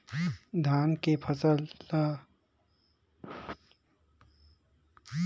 धान के फसल ह लूए के लइक होथे ओकर बाद मे हारवेस्टर मे लुवई मिंसई होथे